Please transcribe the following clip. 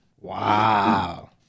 Wow